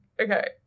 okay